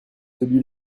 celui